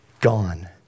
gone